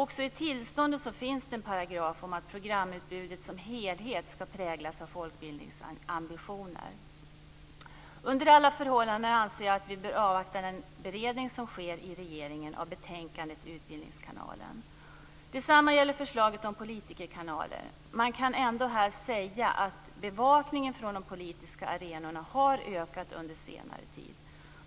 Också i tillståndet finns det en paragraf om att programutbudet som helhet skall präglas av folkbildningsambitioner. Under alla förhållanden anser jag att vi bör avvakta den beredning som sker i regeringen av betänkandet om utbildningskanalen. Detsamma gäller förslaget om politikerkanaler. Man kan ändå här säga att bevakningen från de politiska arenorna har ökat under senare tid